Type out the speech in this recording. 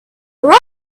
here